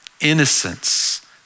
innocence